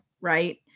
Right